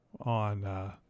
on